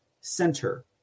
Center